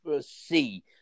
see